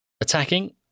attacking